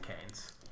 Cane's